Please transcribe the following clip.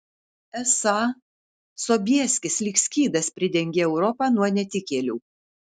esą sobieskis lyg skydas pridengė europą nuo netikėlių